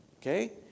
Okay